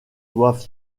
doivent